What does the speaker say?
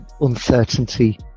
uncertainty